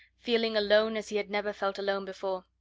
feeling alone as he had never felt alone before.